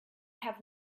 have